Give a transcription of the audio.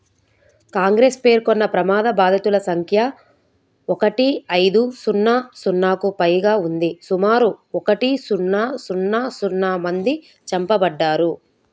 కాంగ్రెస్ పేర్కొన్న ప్రమాద బాధితుల సంఖ్య ఒకటి ఐదు సున్నా సున్నాకు పైగా ఉంది సుమారు ఒకటి సున్నా సున్నా సున్నా మంది చంపబడ్డారు